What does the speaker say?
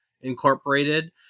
Incorporated